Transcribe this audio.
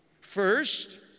First